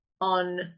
on